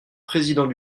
président